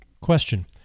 Question